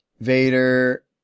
Vader